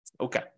Okay